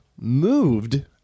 moved